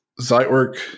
Zitework